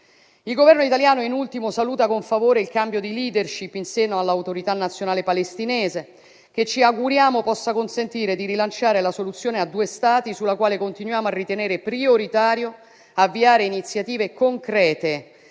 Il Governo italiano, in ultimo, saluta con favore il cambio di *leadership* in seno all'Autorità nazionale palestinese, che ci auguriamo possa consentire di rilanciare la soluzione a due Stati, sulla quale continuiamo a ritenere prioritario avviare iniziative concrete